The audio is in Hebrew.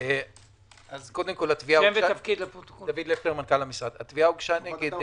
הוא מכבד בנוכחותו,